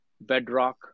bedrock